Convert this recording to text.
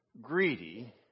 Greedy